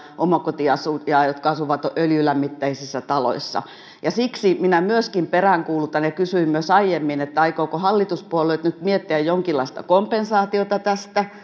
omakotiasujaan jotka asuvat öljylämmitteisissä taloissa siksi peräänkuulutan ja kysyin myös aiemmin aikovatko hallituspuolueet nyt miettiä jonkinlaista kompensaatiota tästä